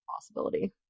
possibility